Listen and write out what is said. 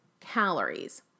calories